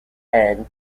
and